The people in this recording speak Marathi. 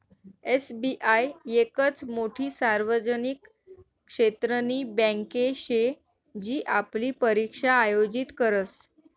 एस.बी.आय येकच मोठी सार्वजनिक क्षेत्रनी बँके शे जी आपली परीक्षा आयोजित करस